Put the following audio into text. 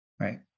Right